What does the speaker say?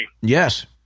Yes